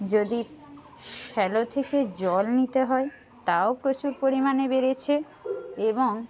যদি শ্যালো থেকে জল নিতে হয় তাও প্রচুর পরিমাণে বেড়েছে এবং